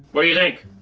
what do you think?